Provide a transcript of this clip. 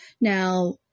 Now